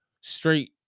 straight